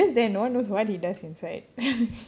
and he's just there no one knows what he does inside